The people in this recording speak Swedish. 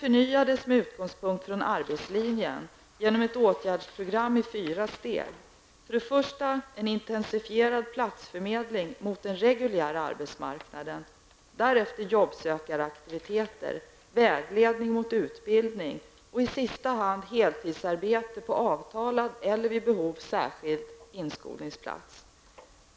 för det första en intensifierad platsförmedling mot den reguljära arbetsmarknaden, därefter jobbsökaraktiviteter, vägledning mot utbildning och i sista hand heltidsarbete på avtalad eller vid behov särskild inskolningsplats.